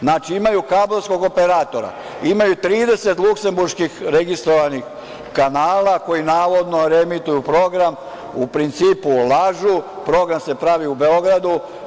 Znači, imaju kablovskog operatora, imaju 30 luksemburških registrovanih kanala koji, navodno, reemituju program, u principu lažu, program se pravi u Beogradu.